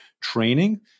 training